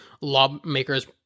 lawmakers